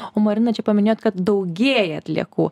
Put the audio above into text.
o marina čia paminėjot kad daugėja atliekų